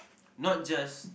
not just